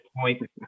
point